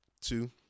two